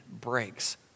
breaks